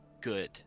good